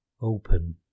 Open